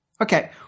okay